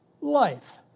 life